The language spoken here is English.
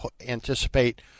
anticipate